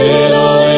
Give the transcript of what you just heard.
Little